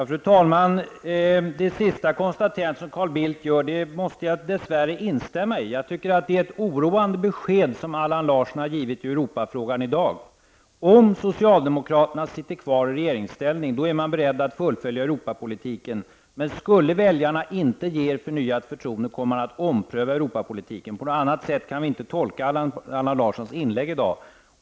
Fru talman! Det senaste konstaterandet som Carl Bildt gjorde måste jag dess värre instämma i. Jag tycker att det är ett oroande besked som Allan Larsson har gett i Europafrågan i dag. Om socialdemokraterna sitter kvar i regeringen är man beredd att fullfölja Europapolitiken, men skulle väljarna inte ge er förnyat förtroende kommer man att ompröva Europapolitiken. På något annat sätt kan vi inte tolka Allan Larssons inlägg i dag.